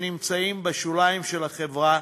שנמצאים בשוליים של החברה,